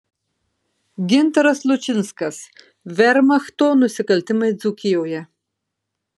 gintaras lučinskas vermachto nusikaltimai dzūkijoje